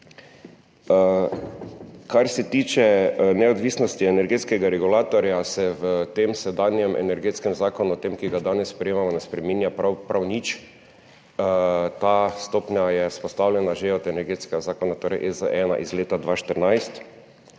Kar se tiče neodvisnosti energetskega regulatorja, se v tem sedanjem energetskem zakonu, tem, ki ga danes sprejemamo, ne spreminja prav nič. Ta stopnja je vzpostavljena že od energetskega zakona EZ-1 iz leta 2014.